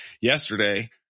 Yesterday